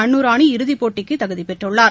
அன்னு ராணி இறுதிப்போட்டிக்கு தகுதி பெற்றுள்ளார்